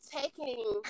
taking